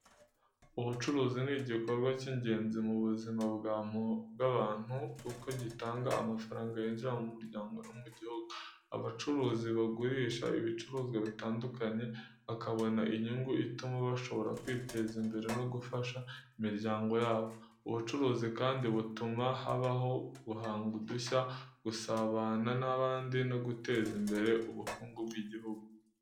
Ubucuruzi ni igikorwa cy’ingenzi mu buzima bw’abantu, kuko gitanga amafaranga yinjira mu miryango no mu gihugu. Abacuruzi bagurisha ibicuruzwa bitandukanye, bakabona inyungu ituma bashobora kwiteza imbere no gufasha imiryango yabo. Ubucuruzi kandi butuma habaho guhanga udushya, gusabana n’abandi no guteza imbere ubukungu bw’igihugu.